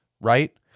right